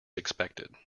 expected